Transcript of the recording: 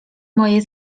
moje